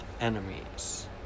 enemies